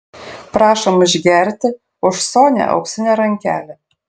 prašom išgerti už sonią auksinę rankelę